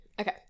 Okay